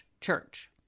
church